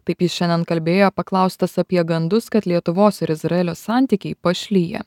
taip jis šiandien kalbėjo paklaustas apie gandus kad lietuvos ir izraelio santykiai pašliję